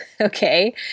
okay